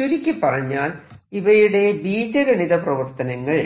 ചുരുക്കി പറഞ്ഞാൽ ഇവയുടെ ബീജഗണിത പ്രവർത്തനങ്ങൾ